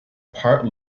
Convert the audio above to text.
part